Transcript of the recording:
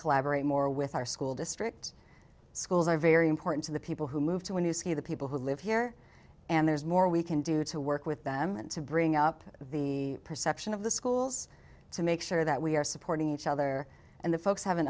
collaborate more with our school district schools are very important to the people who move to a new school the people who live here and there's more we can do to work with them and to bring up the perception of the schools to make sure that we are supporting each other and the folks have an